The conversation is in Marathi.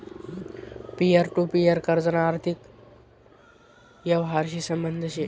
पिअर टु पिअर कर्जना आर्थिक यवहारशी संबंध शे